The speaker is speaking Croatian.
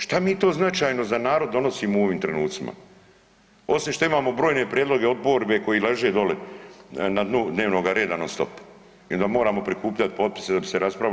Što mi to značajno za narod donosimo u ovim trenucima osim što imamo brojne prijedloge oporbe koji leže dolje na dnu dnevnoga reda non stop, onda moramo prikupljati potpise da bi se raspravili?